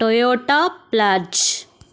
Toyota ప్లాజ్